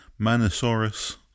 Manosaurus